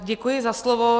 Děkuji za slovo.